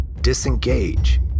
disengage